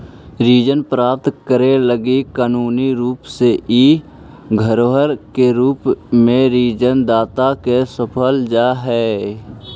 ऋण प्राप्त करे लगी कानूनी रूप से इ धरोहर के रूप में ऋण दाता के सौंपल जा हई